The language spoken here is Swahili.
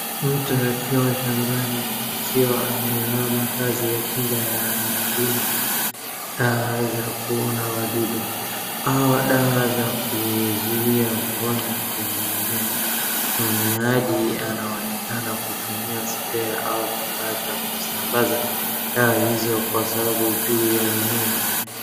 Mtu akiwa shambani akiwa amevaa mavazi ya kinga ya nalima za kuona wadudu hawa dawa za kuizuia magonjwa kwenye mimea. Mtumiaji anaonekana kutumia sprayercs] au kifaa cha kusambaza dawa hizo kwa sababu juu ya mimea.